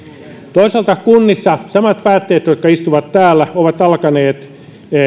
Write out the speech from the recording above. toisaalta kunnissa samat päättäjät jotka istuvat täällä ovat alkaneet